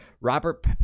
Robert